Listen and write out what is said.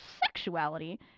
sexuality